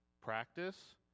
practice